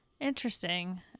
Interesting